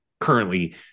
currently